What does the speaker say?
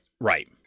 Right